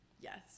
Yes